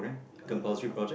no no no